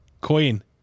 Queen